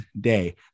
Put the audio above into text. Day